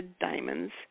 diamonds